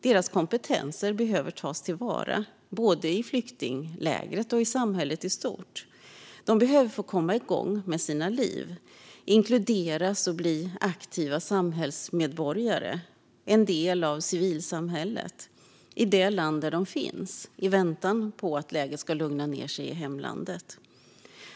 Deras kompetenser behöver tas till vara, både i flyktinglägret och i samhället i stort. De behöver få komma igång med sina liv, inkluderas och bli aktiva samhällsmedborgare, bli en del av civilsamhället i det land där de finns i väntan på att läget ska lugna ned sig i hemlandet.